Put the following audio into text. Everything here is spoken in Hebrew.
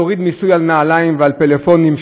להוריד מיסוי על נעליים ועל פלאפונים,